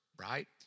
right